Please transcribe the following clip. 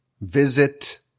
visit